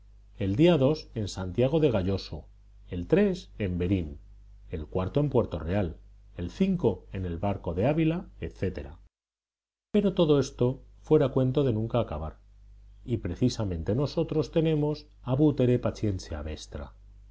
el día en santiago de galloso el en verín el en puerto real el en el barco de ávila etc pero todo esto fuera cuento de nunca acabar y precisamente nosotros tenemos abutere patientia vestra